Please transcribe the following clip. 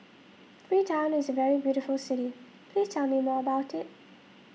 Freetown is a very beautiful city please tell me more about it